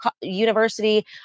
university